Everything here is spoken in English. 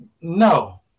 No